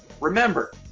remember